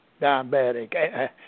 diabetic